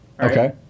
Okay